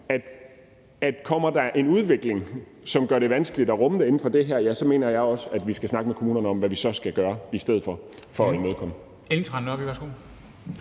at kommer der en udvikling, som gør det vanskeligt at rumme det inden for det her, så mener jeg også, at vi skal snakke med kommunerne om, hvad vi skal gøre i stedet for for at imødekomme